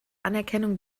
anerkennung